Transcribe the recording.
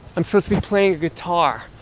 i'm supposed to be playing guitar.